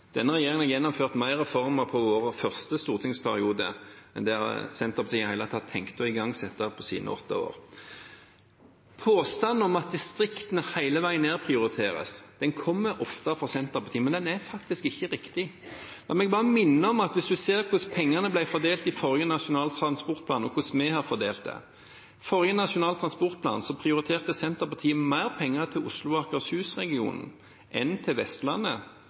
Denne regjeringen har gjennomført flere reformer i vår første stortingsperiode enn det Senterpartiet i det hele tatt tenkte på å igangsette i sine åtte år. Påstanden om at distriktene hele veien nedprioriteres kommer ofte fra Senterpartiet, men den er faktisk ikke riktig. La meg bare minne om, hvis man ser hvordan pengene ble fordelt i forrige Nasjonal transportplan og hvordan vi har fordelt dem: I forrige Nasjonal transportplan prioriterte Senterpartiet mer penger til Oslo- og Akershus-regionen enn til Vestlandet,